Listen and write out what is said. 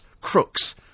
crooks